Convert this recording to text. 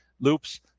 loops